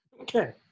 okay